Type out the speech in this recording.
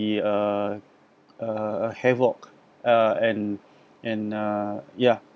be uh uh a havoc and and uh ya